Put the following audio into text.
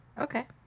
Okay